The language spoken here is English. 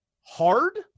hard